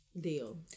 deal